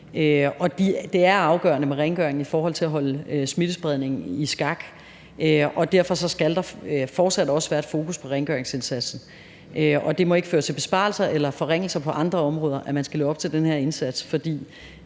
det er afgørende med rengøring for at holde smittespredningen i skak, og derfor skal der fortsat også være et fokus på rengøringsindsatsen. Det må ikke føre til besparelser eller forringelser på andre områder, at man skal leve op til den her indsats, for i